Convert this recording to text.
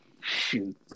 Shoot